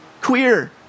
queer